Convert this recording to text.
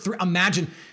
Imagine